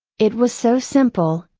it was so simple,